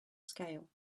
scale